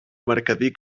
mercader